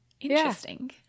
Interesting